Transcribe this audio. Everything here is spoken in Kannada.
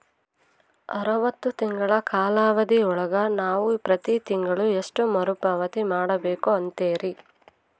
ಅರವತ್ತು ತಿಂಗಳ ಕಾಲಾವಧಿ ಒಳಗ ನಾವು ಪ್ರತಿ ತಿಂಗಳು ಎಷ್ಟು ಮರುಪಾವತಿ ಮಾಡಬೇಕು ಅಂತೇರಿ?